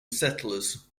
settlers